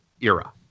era